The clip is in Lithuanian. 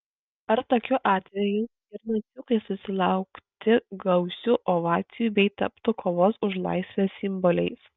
ar tokiu atveju ir naciukai susilaukti gausių ovacijų bei taptų kovos už laisvę simboliais